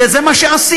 וזה מה שעשיתי,